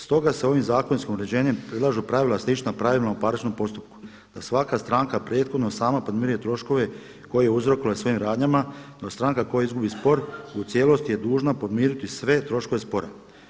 Stoga se ovim zakonskim uređenjem predlažu pravila slična pravilima u parničnom postupku da svaka stranka prethodno sama podmiruje troškove koje je uzrokovala svojim radnjama no stranka koja izgubi spor u cijelosti je dužna podmiriti sve troškove spora.